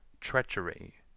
treachery,